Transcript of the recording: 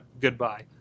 Goodbye